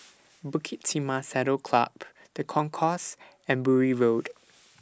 Bukit Timah Saddle Club The Concourse and Bury Road